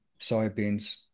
soybeans